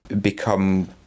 become